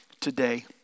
today